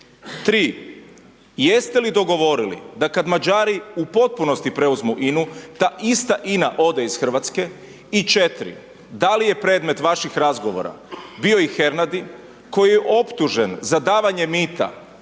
Tri. Jeste li dogovorili da kad Mađari u potpunosti preuzmu INA-u, ta ista INA ode iz Hrvatske i četiri, da li je predmet vaših razgovora bio i Hernadi koji je optužen za davanje mita